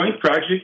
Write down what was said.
project